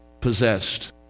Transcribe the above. possessed